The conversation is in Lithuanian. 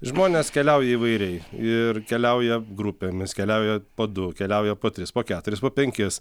žmonės keliauja įvairiai ir keliauja grupėmis keliauja po du keliauja po tris po keturis po penkis